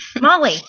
Molly